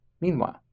meanwhile